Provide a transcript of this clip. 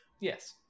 Yes